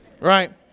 right